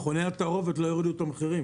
מכוני התערובת לא הורידו מחירים,